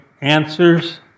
answers